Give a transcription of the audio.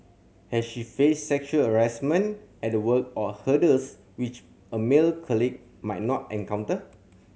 has she faced sexual harassment at work or hurdles which a male colleague might not encounter